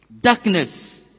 darkness